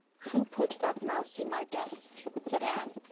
who put that mouse in my desk? said anne.